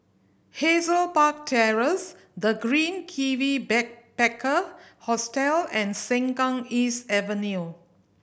Hazel Park Terrace The Green Kiwi Backpacker Hostel and Sengkang East Avenue